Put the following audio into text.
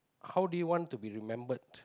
how do you want to be remembered